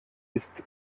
ist